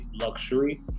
luxury